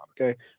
okay